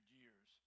years